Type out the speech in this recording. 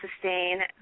sustain